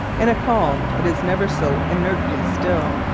in a calm it is never so inertly still,